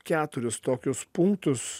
keturis tokius punktus